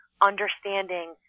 understanding